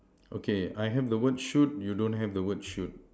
okay I have the word shoot you don't have the word shoot